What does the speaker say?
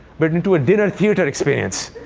but into a dinner theatre experience.